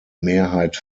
mehrheit